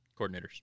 coordinators